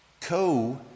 co